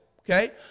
Okay